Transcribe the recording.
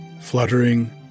fluttering